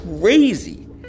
crazy